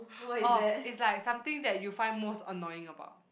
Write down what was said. orh is like something that you find most annoying about